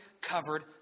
covered